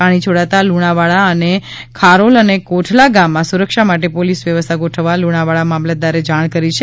પાણી છોડતા લુણાવાડા ખારોલ અને કોઠલા ગામમાં સુરક્ષા માટે પોલીસ વ્યવસ્થા ગોઠવવા લુણાવાડ મામલતદારે જાણ કરી છે